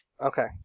Okay